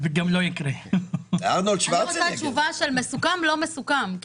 אני רוצה תשובה של מסוכם או לא מסוכם.